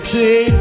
See